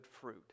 fruit